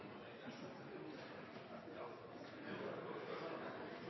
presentert